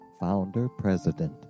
founder-president